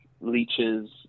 leeches